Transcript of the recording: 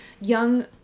young